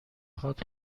خواد